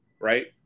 right